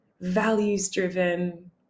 values-driven